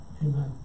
Amen